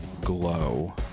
glow